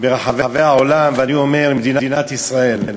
ברחבי העולם, ואני אומר למדינת ישראל: